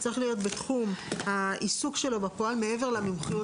זה צריך להיות בתחום העיסוק שלו בפועל מעבר למומחיות